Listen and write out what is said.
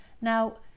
Now